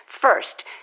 First